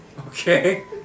Okay